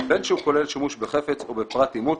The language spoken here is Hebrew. בין שהוא כולל שימוש בחפץ או בפרט אימות,